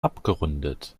abgerundet